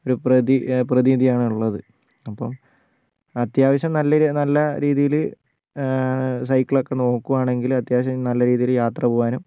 ഒരു പ്രതീതിയാണുള്ളത് അപ്പം അത്യാവശ്യം നല്ല രീതി നല്ല രീതിയിൽ സൈക്കിളൊക്കെ നോക്കുകയാണെങ്കിൽ അത്യാവശ്യം നല്ല രീതിയിൽ യാത്ര പോവാനും